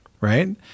right